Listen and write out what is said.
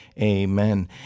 amen